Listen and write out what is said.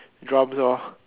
drums lor